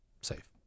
safe